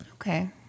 Okay